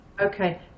Okay